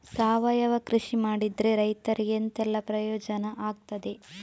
ಸಾವಯವ ಕೃಷಿ ಮಾಡಿದ್ರೆ ರೈತರಿಗೆ ಎಂತೆಲ್ಲ ಪ್ರಯೋಜನ ಆಗ್ತದೆ?